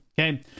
Okay